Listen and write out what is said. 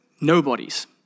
nobodies